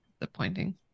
disappointing